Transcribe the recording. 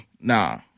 Nah